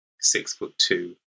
six-foot-two